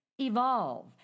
Evolve